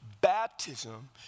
baptism